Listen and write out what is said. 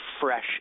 fresh